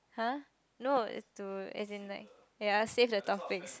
!huh! no it's to as in like ya save the topics